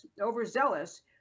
overzealous